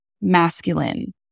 masculine